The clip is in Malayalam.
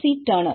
C Turner John F